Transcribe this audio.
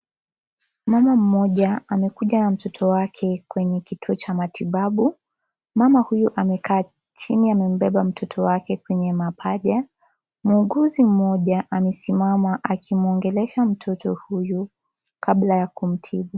Mama mmoja amekuja na mtoto wake kwenye kituo cha matibabu, mama huyu amekaa chini amembeba mtoto wake kwenye mapaja, muuguzi mmoja amesimama akimwongeresha mtoto huyu kabla ya kumtibu.